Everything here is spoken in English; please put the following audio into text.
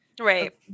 Right